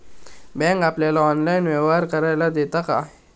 Bank आपल्याला online व्यवहार करायला देता काय?